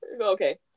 Okay